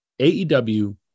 AEW